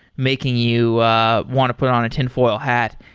making you want to put on a tinfoil hat.